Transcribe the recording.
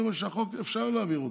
אני אומר שהחוק, אפשר להעביר אותו,